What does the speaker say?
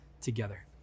together